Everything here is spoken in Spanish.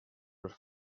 los